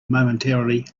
momentarily